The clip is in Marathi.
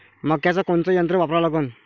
मक्याचं कोनचं यंत्र वापरा लागन?